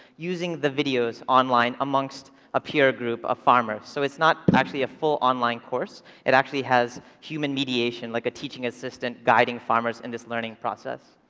using the videos online amongst a peer group of farmers. so it's not actually a full online course. it actually has human mediation, like a teaching assistant guiding farmers in this learning process.